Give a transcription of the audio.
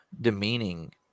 demeaning